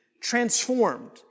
transformed